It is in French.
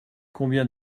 combien